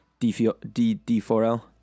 D4L